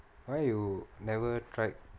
why you never tried